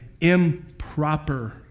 improper